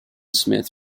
smith